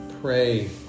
pray